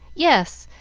yes,